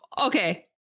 Okay